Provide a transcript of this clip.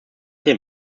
den